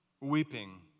weeping